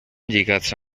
lligats